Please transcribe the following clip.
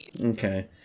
Okay